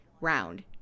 round